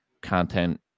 content